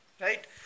right